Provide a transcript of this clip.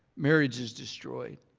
marriages destroyed.